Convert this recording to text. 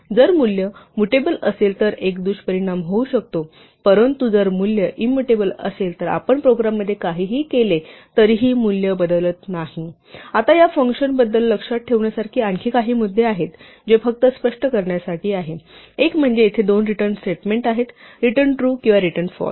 जर मूल्य मुटेबल असेल तर एक दुष्परिणाम होऊ शकतो परंतु जर मूल्य इंमुटेबल असेल तर आपण प्रोग्राममध्ये काहीही केले तरीही मूल्य बदलत नाही आता या फंक्शनबद्दल लक्षात ठेवण्यासारखे आणखी काही मुद्दे आहेत जे फक्त स्पष्ट करण्यासाठी आहेत एक म्हणजे येथे दोन रिटर्न स्टेटमेंट आहेत रिटर्न ट्रू किंवा रिटर्न फॉल्स